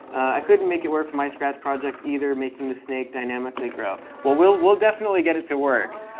i couldn't make it work for my scratch project either, making the snake dynamically grow. well, we'll we'll definitely get it to work.